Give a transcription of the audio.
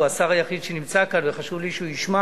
הוא השר היחיד שנמצא כאן וחשוב לי שהוא ישמע